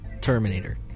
Terminator